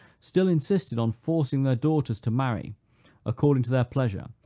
still insisted on forcing their daughters to marry according to their pleasure,